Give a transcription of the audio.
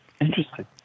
Interesting